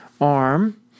arm